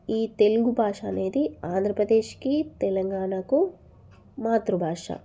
ఈ తెలుగు భాష అనేది ఆంధ్రప్రదేశ్కి తెలంగాణకు మాతృభాష